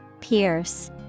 pierce